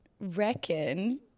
reckon